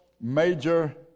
major